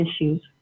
issues